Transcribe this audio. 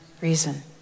reason